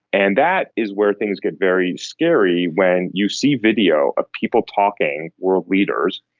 and that is where things get very scary, when you see video of people talking, world leaders,